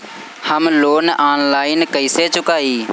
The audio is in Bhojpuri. हम लोन आनलाइन कइसे चुकाई?